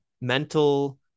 mental